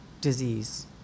disease